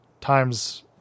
Times